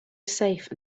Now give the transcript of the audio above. safe